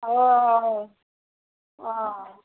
آ آ آ